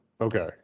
Okay